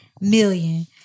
million